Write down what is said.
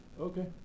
Okay